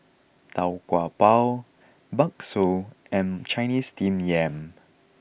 Tau Kwa Pau Bakso and Chinese Steamed Yam